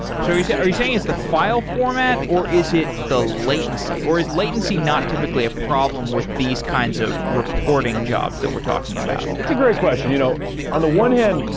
so so are you saying it's the file format, or is it the latency, or is latency not typically a problem with these kinds of reporting jobs that we're talking about? it's a great question. you know on the one hand,